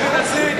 צודק,